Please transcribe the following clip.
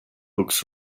books